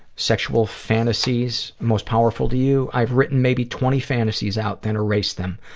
sexual fantasies most powerful to you. i've written maybe twenty fantasies out, then erased them.